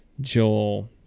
Joel